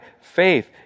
faith